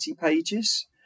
pages